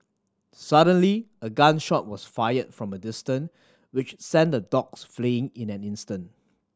suddenly a gun shot was fired from a distance which sent the dogs fleeing in an instant